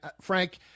Frank